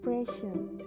expression